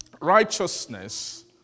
righteousness